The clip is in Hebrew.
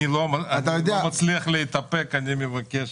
אני לא מצליח להתאפק, אני מבקש